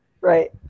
Right